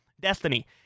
Destiny